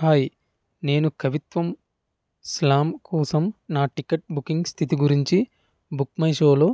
hi నేను కవిత్వం slam కోసం నా టికెట్ బుకింగ్ స్థితి గురించి బుక్మైషోలో